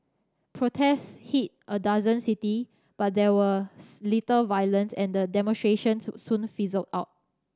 protests hit a dozen city but there was little violence and the demonstrations soon fizzled out